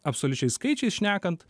absoliučiais skaičiais šnekant